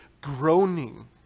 groaning